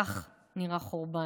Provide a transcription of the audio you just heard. כך נראה חורבן.